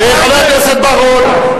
חבר הכנסת בר-און,